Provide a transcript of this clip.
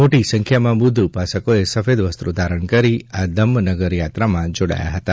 મોટી સંખ્યામાં બુધ્ધ ઉપાસકોએ સફેદ વસ્ત્રો ધારણ કરી આ ધમ્મ નગર યાત્રામાં જોડાયા હતા